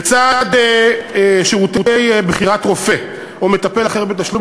לצד שירותי בחירת רופא או מטפל אחר בתשלום,